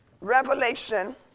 Revelation